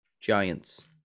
Giants